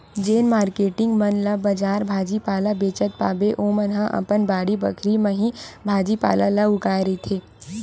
जेन मारकेटिंग मन ला बजार भाजी पाला बेंचत पाबे ओमन ह अपन बाड़ी बखरी म ही भाजी पाला ल उगाए रहिथे